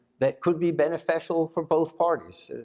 that could be beneficial for both parties,